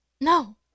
no